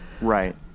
Right